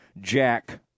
Jack